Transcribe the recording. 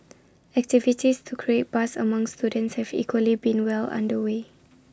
activities to create buzz among students have equally been well under way